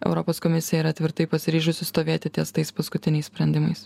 europos komisija yra tvirtai pasiryžusi stovėti ties tais paskutiniais sprendimais